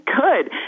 good